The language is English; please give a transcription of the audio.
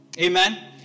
Amen